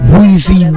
Weezy